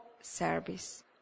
service